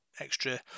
extra